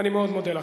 אני מאוד מודה לכם.